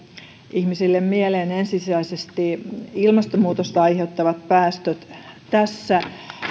ihmisille mieleen ensisijaisesti ilmastonmuutosta aiheuttavat päästöt tässä